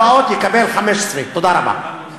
בבחירות הבאות יקבל 15. תודה רבה.